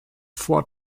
four